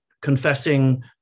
confessing